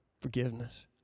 forgiveness